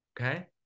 Okay